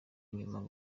nyuma